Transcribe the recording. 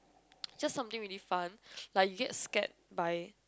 just something really fun like you get scared by